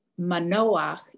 Manoach